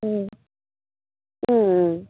ம் ம் ம்